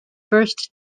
first